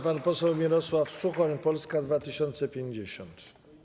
Pan poseł Mirosław Suchoń, Polska 2050.